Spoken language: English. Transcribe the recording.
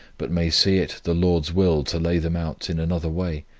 but may see it the lord's will to lay them out in another way